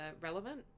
relevant